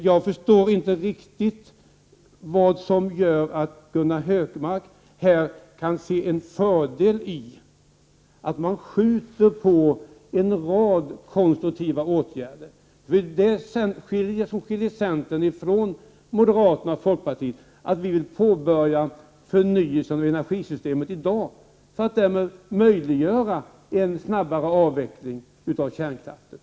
Jag förstår inte riktigt vad det är som gör att Gunnar Hökmark kan se en fördel i att uppskjuta en rad konstruktiva åtgärder. Vad som skiljer centern från moderaterna och folkpartiet i den här frågan är att vi i centern vill påbörja förnyelsen av energisystemet i dag för att därmed möjliggöra en snabbare avveckling av kärnkraften.